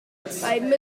muslims